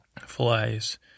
flies